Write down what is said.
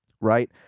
right